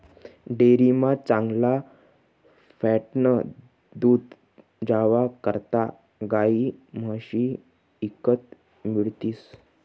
डेअरीमा चांगला फॅटनं दूध जावा करता गायी म्हशी ईकत मिळतीस